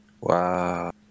Wow